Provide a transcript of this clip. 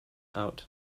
out